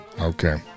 Okay